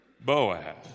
Boaz